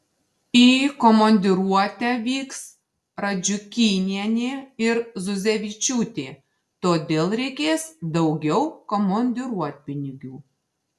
į komandiruotę vyks radžiukynienė ir zuzevičiūtė todėl reikės daugiau komandiruotpinigių